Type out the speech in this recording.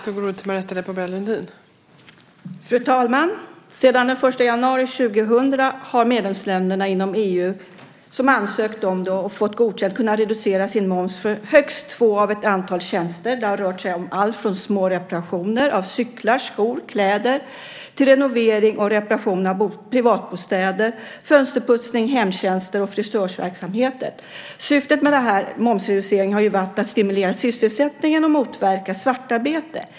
Fru talman! Sedan den 1 januari 2000 har de medlemsländer i EU som ansökt om och fått det godkänt kunnat reducera sin moms för högst få av ett antal tjänster. Det har rört sig om alltifrån små reparationer av cyklar, skor, kläder till renovering och reparation av privatbostäder, fönsterputsning, hemtjänster och frisörsverksamhet. Syftet med momsreduceringen har varit att stimulera sysselsättning och motverka svartarbete.